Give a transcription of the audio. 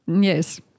yes